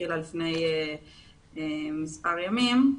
שהתחילה לפני מספר ימים,